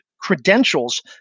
credentials